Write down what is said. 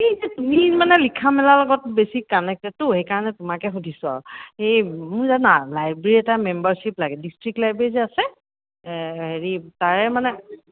এইযে তুমি মানে লিখা মেলাৰ লগত বেছি কানেক্টেডতো সেইকাৰণে তোমাকে সুধিছোঁ আৰু এই মোৰ জানা লাইব্ৰেৰী এটা মেম্বাৰশ্বিপ লাগে ডিষ্ট্ৰিক্ট লাইব্ৰেৰী যে আছে হেৰি তাৰে মানে